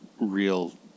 real